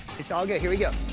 it's all good. here we go.